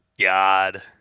God